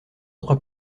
autre